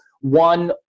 one